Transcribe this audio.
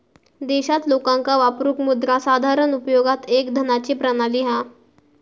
देशात लोकांका वापरूक मुद्रा साधारण उपयोगात एक धनाची प्रणाली हा